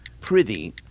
prithee